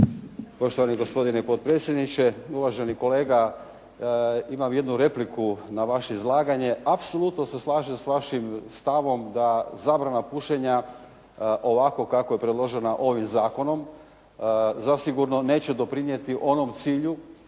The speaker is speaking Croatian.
Poštovani gospodine potpredsjedniče. Uvaženi kolega imam jednu repliku na vaše izlaganje. Apsolutno se slažem s vašim stavom da zabrana pušenja ovako kako je predložena ovim zakonom zasigurno neće doprinijeti onom cilju